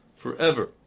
forever